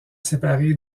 séparée